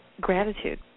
gratitude